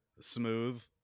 smooth